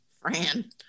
Fran